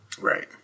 Right